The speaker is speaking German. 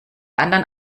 anderen